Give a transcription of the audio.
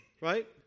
right